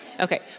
Okay